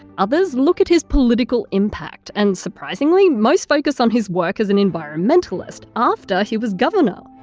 others look at his political impact and surprisingly, most focus on his work as an environmentalist after he was governor.